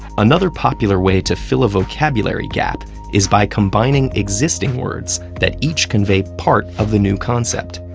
another popular way to fill a vocabulary gap is by combining existing words that each convey part of the new concept.